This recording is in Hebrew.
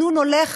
התקנון הולך